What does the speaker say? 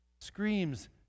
screams